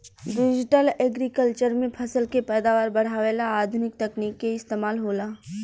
digital agriculture में फसल के पैदावार बढ़ावे ला आधुनिक तकनीक के इस्तमाल होला